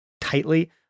tightly